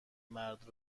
مرد